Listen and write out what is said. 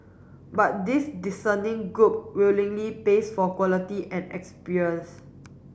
but this discerning group willingly pays for quality and experience